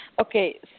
Okay